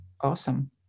awesome